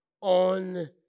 on